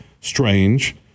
strange